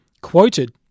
quoted